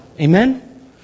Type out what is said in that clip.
Amen